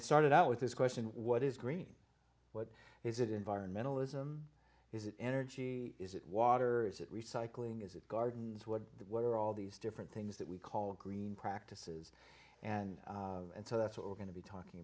it started out with this question what is green what is it environmental ism is it energy is it water is it recycling is it gardens what were all these different things that we call green practices and and so that's what we're going to be talking